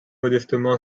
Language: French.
modestement